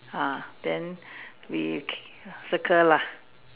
uh then we K circle lah